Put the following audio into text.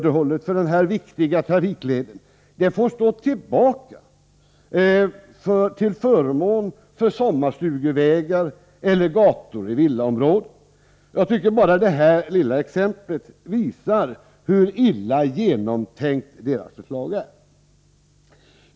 Essingebron, här i Stockholm får stå tillbaka till förmån för sommarstugevägar eller gator i villaområden. Bara detta lilla exempel visar hur illa genomtänkt deras förslag är. Herr talman!